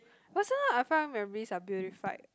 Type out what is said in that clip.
but sometimes I feel memories are beautified